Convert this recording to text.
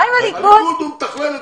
אני מתנצל.